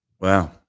Wow